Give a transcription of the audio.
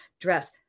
dress